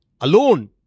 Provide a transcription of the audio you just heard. alone